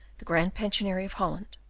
the grand pensionary of holland,